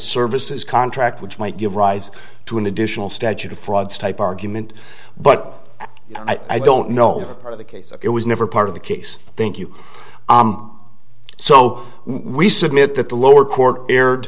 services contract which might give rise to an additional statute of frauds type argument but i don't know for the case it was never part of the case thank you so we submit that the lower court erred